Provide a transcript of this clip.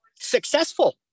successful